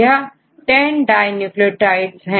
यह10 di न्यूक्लियोटाइड्सहै